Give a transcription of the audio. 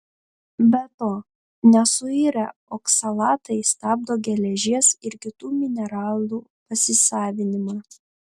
be to nesuirę oksalatai stabdo geležies ir kitų mineralų pasisavinimą